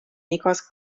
igas